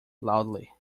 loudly